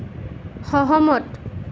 সহমত